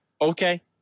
okay